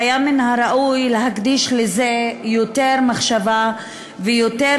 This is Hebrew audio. היה מן הראוי להקדיש לזה יותר מחשבה ויותר